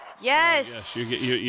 Yes